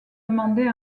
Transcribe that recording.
demandé